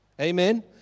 Amen